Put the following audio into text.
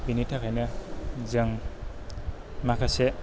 बेनि थाखायनो जों माखासे